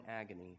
agony